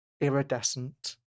iridescent